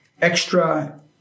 extra